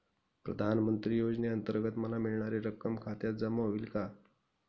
प्रधानमंत्री योजनेअंतर्गत मला मिळणारी रक्कम खात्यात जमा होईल का?